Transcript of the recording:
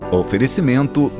oferecimento